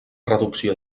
reducció